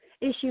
issue